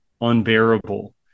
unbearable